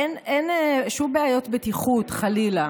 אין שום בעיות בטיחות, חלילה.